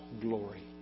glory